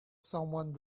someone